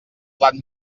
plat